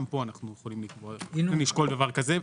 גם כאן אנחנו יכולים לקבוע אם לשקול דבר כזה.